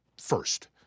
first